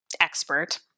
expert